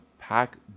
pack